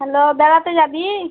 hello বেড়াতে যাবি